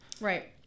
Right